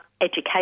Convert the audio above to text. education